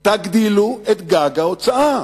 תגדילו את גג ההוצאה.